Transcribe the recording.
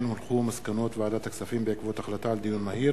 מסקנות ועדת הכספים בעקבות דיון מהיר